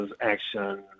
action